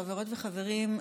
חברות וחברים,